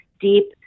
deep